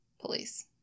police